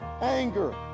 anger